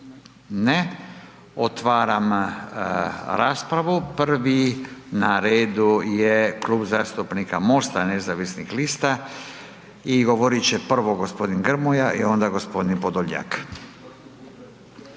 Ne. Otvaram raspravu, prvi na redu je Klub zastupnika MOST-a nezavisnih lista i govorit će prvo g. Grmoja i onda g. Podolnjak.